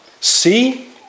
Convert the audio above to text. See